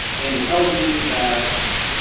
and it tells me that